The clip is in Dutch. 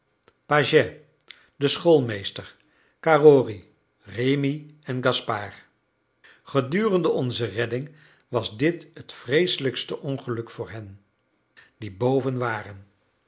pagès de schoolmeester carrory rémi en gaspard gedurende onze redding was dit het vreeselijkste ongeluk voor hen die boven waren